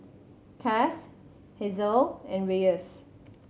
Cas Hazelle and Reyes